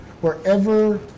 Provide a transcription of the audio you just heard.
wherever